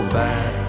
back